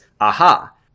aha